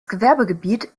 gewerbegebiet